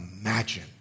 imagine